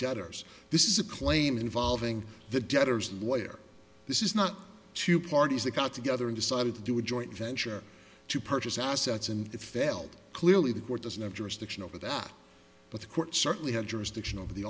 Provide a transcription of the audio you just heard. debtors this is a claim involving the debtors and where this is not two parties they got together and decided to do a joint venture to purchase assets and it failed clearly the court doesn't have jurisdiction over that but the court certainly had jurisdiction